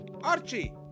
Archie